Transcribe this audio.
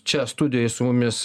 čia studijoj su mumis